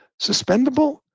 suspendable